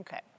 Okay